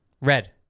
Red